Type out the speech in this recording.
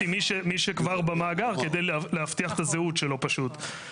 אני רק רוצה שתבינו שהעובדים בלשכות עסוקים בעוד הרבה דברים,